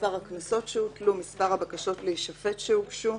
"מספר הקנסות שהוטלו, מספר הבקשות להישפט שהוגשו,